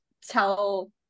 tell